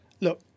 Look